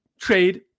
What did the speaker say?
trade